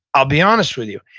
i'll be honest with you.